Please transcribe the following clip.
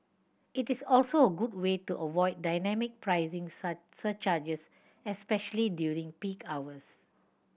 it is also a good way to avoid dynamic pricing surcharges especially during peak hours